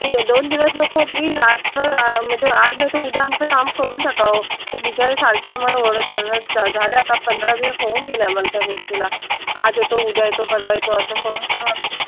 दोन दिवस नको प्लीज आजचं मजे आज नाहीतर उद्या आमचं काम करून टाका ओ ते बिचारे सारखे आम्हाला ओरडतात चं झाले आता पंधरा दिवस होऊन गेले आम्हाला त्या गोष्टीला आज येतो उद्या येतो पर्वा येतो असं करून करून आम्ही काय